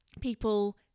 people